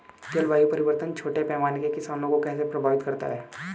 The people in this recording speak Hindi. जलवायु परिवर्तन छोटे पैमाने के किसानों को कैसे प्रभावित करता है?